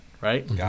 right